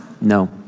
No